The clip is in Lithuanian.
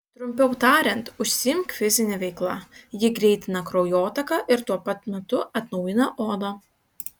trumpiau tariant užsiimk fizine veikla ji greitina kraujotaką ir tuo pat metu atnaujina odą